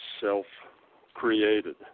self-created